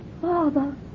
Father